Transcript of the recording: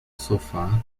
sofá